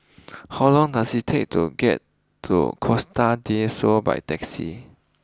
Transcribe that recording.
how long does it take to get to Costa Del Sol by taxi